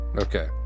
okay